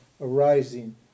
arising